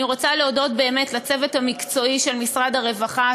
אני רוצה להודות באמת לצוות המקצועי של משרד הרווחה,